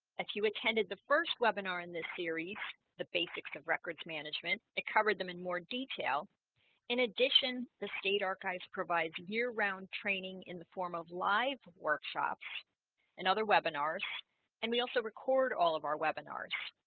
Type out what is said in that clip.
if you attended the first webinar in this series the basics of records management, it covered them in more detail in addition the state archives provides year-round training in the form of live workshops and other webinars and we also record all of our webinars